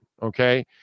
Okay